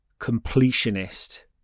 completionist